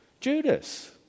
Judas